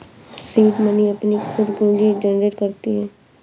seed money अपनी खुद पूंजी जनरेट करती है